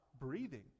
breathing